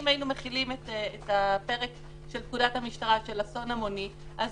אם היינו מחילים את הפרק של פקודת המשטרה של אסון המוני אז